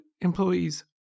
employees